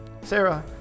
sarah